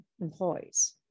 employees